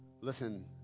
Listen